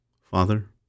Father